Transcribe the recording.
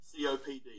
COPD